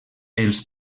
els